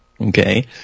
Okay